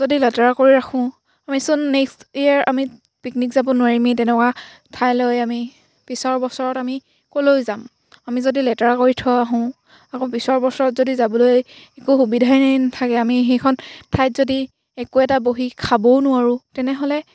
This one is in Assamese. যদি লেতেৰা কৰি ৰাখোঁ আমিচোন নেক্সট ইয়েৰ আমি পিকনিক যাব নোৱাৰিমেই তেনেকুৱা ঠাইলৈ আমি পিছৰ বছৰত আমি ক'লৈ যাম আমি যদি লেতেৰা কৰি থৈ আহোঁ আকৌ পিছৰ বছৰত যদি যাবলৈ একো সুবিধাই নাথাকে আমি সেইখন ঠাইত যদি একো এটা বহি খাবও নোৱাৰোঁ তেনেহ'লে